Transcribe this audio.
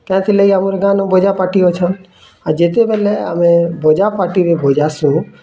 କାଁ ଥିଲା କି ଆମର୍ ଗାଁନୁ ବଜା ପାର୍ଟୀ ଅଛନ୍ ଆଉ ଯେତେବେଲେ ଆମେ ବଜା ପାର୍ଟୀରେ ବଜାସୁଁ